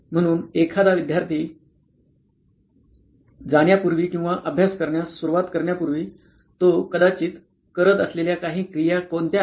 म्हणून एखादा विद्यार्थी जाण्यापूर्वी किंवा अभ्यास करण्यास सुरवात करण्यापूर्वी तो कदाचित करत असलेल्या काही क्रिया कोणत्या आहेत